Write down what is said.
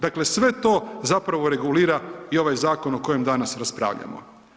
Dakle, sve to zapravo regulira i ovaj zakon o kojem danas raspravljamo.